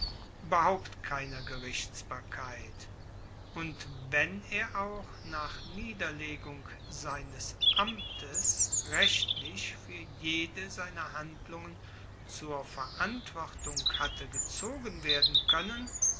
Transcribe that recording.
ueberhaupt keiner gerichtsbarkeit und wenn er auch nach niederlegung seines amtes rechtlich fuer jede seiner handlungen zur verantwortung hatte gezogen werden koennen